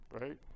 right